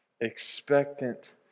Expectant